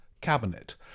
cabinet